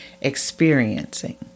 experiencing